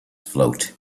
float